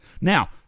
Now